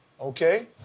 Okay